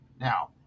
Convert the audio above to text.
Now